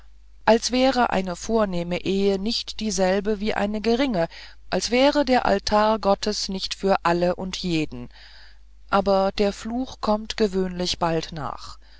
als wäre eine vornehme ehe nicht dieselbe wie eine geringe als wäre der altar gottes nicht für alle und jeden aber der fluch kommt gewöhnlich bald nach